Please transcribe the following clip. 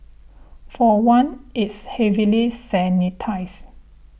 for one it's heavily sanitised